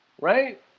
right